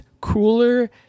cooler